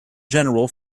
general